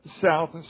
South